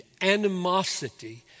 animosity